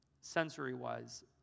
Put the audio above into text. sensory-wise